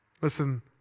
Listen